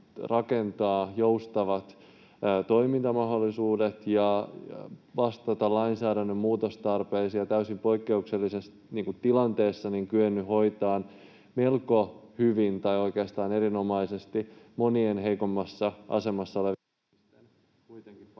rakentaa joustavat toimintamahdollisuudet ja vastata lainsäädännön muutostarpeisiin. Kela on täysin poikkeuksellisessa tilanteessa kyennyt hoitamaan melko hyvin, tai oikeastaan erinomaisesti, monien heikommassa asemassa olevien